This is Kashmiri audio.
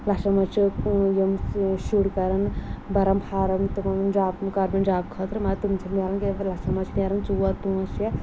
لَچھَن منٛز چھِ یِم شُرۍ کَران بَران فارٕم تہٕ دَپان جاب خٲطرٕ مگر تِم چھِنہٕ نیران کیٚنٛہہ لَچھَن منٛز چھِ نیران ژور پٲنٛژھ شےٚ